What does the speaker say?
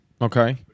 Okay